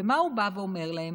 ומה הוא בא ואומר להם?